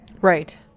Right